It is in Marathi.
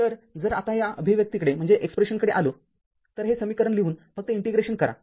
तरजर आता या अभिव्यक्तीकडे आलो तरहे समीकरण लिहून फक्त इंटिग्रेशन करा